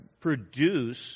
produce